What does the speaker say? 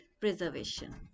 preservation